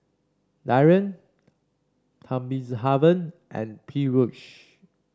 Dhyan Thamizhavel and Peyush